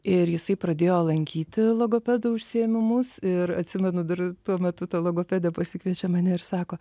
ir jisai pradėjo lankyti logopedų užsiėmimus ir atsimenu dar tuo metu ta logopedė pasikviečia mane ir sako